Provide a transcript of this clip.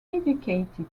educated